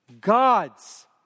God's